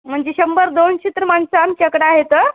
म्हणजे शंभर दोनशे तर माणसं आमच्याकडे आहेत